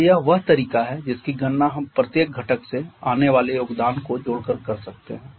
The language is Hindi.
और यह वह तरीका है जिसकी गणना हम प्रत्येक घटक से आने वाले योगदान को जोड़कर कर सकते हैं